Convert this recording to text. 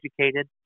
educated